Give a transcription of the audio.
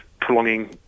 prolonging